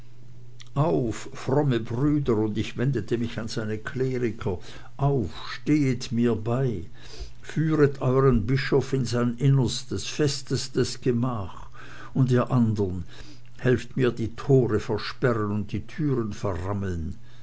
fromme brüder und ich wendete mich an seine kleriker auf stehet mir bei führet euern bischof in sein innerstes festestes gemach und ihr andern helfet mir die tore versperren und die türen verrammeln